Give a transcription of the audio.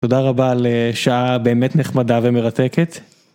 תודה רבה על שעה באמת נחמדה ומרתקת.